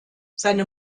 seine